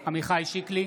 שיקלי,